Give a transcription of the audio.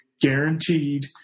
guaranteed